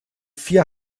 vier